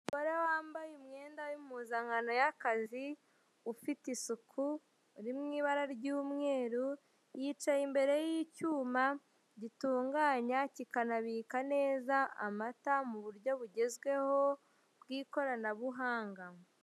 Umugore wambaye umwenda w'impuzankano ya kazi, ufite isuku, uri mu ibara ry'umweru, yicaye imbere y'icyuma, gitunganya, kikanabika neza amata muburyo bugezweho bw'ikoranabuhanga.